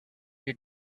your